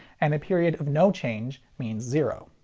and a period of no change means zero.